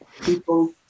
people